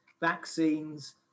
vaccines